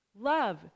Love